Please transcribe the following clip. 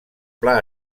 pla